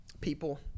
People